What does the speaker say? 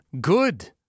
Good